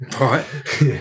Right